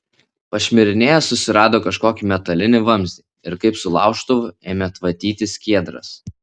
pašmirinėjęs susirado kažkokį metalinį vamzdį ir kaip su laužtuvu ėmė tvatyti skiedras